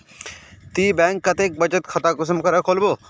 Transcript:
ती बैंक कतेक बचत खाता कुंसम करे खोलबो?